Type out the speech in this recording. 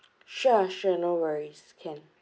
sure sure no worries can